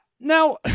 Now